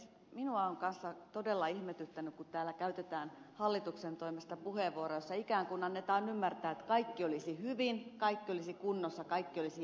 minua on kanssa todella ihmetyttänyt kun täällä käytetään hallituksen toimesta puheenvuoroja joissa ikään kuin annetaan ymmärtää että kaikki olisi hyvin kaikki olisi kunnossa kaikki olisi järjestyksessä